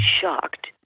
shocked